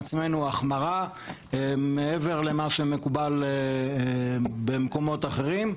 עצמנו החמרה מעבר למה שמקובל במקומות אחרים,